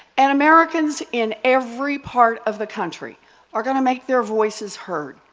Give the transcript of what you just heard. and americans in every part of the country are going to make their voices heard.